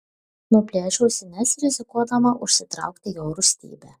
nuplėšiu ausines rizikuodama užsitraukti jo rūstybę